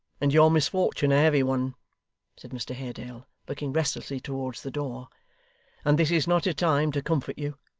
and your misfortune a heavy one said mr haredale, looking restlessly towards the door and this is not a time to comfort you.